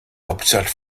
hauptstadt